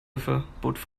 starthilfe